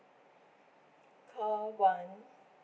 call one